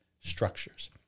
structures